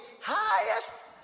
highest